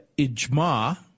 Ijma